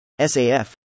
SAF